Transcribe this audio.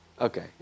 Okay